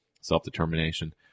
self-determination